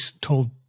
told